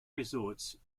resorts